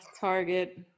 target